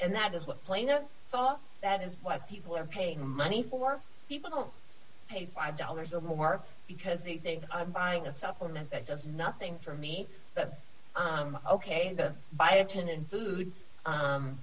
and that is what plane or soft that is why people are paying money for people don't pay five dollars or more because they think i'm buying a supplement that does nothing for me but i'm ok the